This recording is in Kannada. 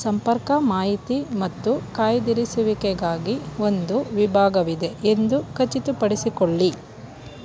ಸಂಪರ್ಕ ಮಾಹಿತಿ ಮತ್ತು ಕಾಯ್ದಿರಿಸುವಿಕೆಗಾಗಿ ಒಂದು ವಿಭಾಗವಿದೆ ಎಂದು ಖಚಿತಪಡಿಸಿಕೊಳ್ಳಿ